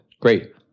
Great